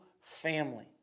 family